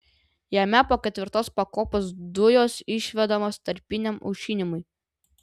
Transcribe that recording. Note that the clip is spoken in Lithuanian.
jame po ketvirtos pakopos dujos išvedamos tarpiniam aušinimui